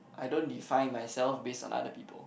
I don't define myself based on other people